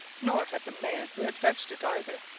nor had the man who had fetched it, either.